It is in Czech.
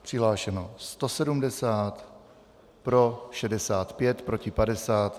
Přihlášeno 170, pro 65, proti 50.